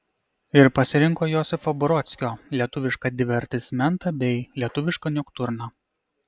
ir pasirinko josifo brodskio lietuvišką divertismentą bei lietuvišką noktiurną